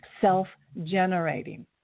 self-generating